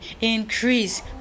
Increase